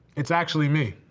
it's actually me.